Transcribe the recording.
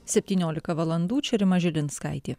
septyniolika valandų čia rima žilinskaitė